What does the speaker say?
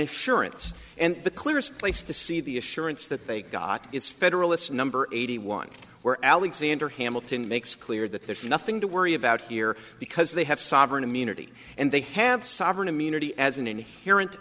assurance and the clearest place to see the assurance that they got its federalist number eighty one where alexander hamilton makes clear that there's nothing to worry about here because they have sovereign immunity and they have sovereign immunity as an inherent